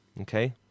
okay